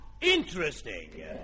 interesting